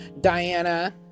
Diana